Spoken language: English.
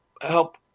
help